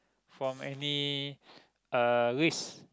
from any uh risk